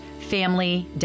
family